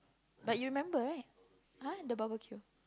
but you remember right !huh! the barbecue